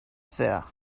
there